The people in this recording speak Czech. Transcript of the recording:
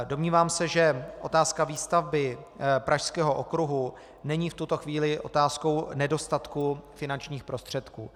Domnívám se, že otázka výstavby Pražského okruhu není v tuto chvíli otázkou nedostatku finančních prostředků.